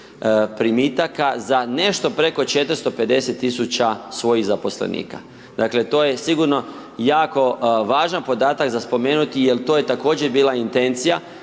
primitaka za nešto preko 450 000 svojih zaposlenika. Dakle, to je sigurno jako važan podatak za spomenuti jel to je također bila intencija,